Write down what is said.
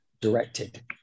directed